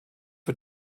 für